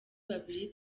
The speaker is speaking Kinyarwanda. babiri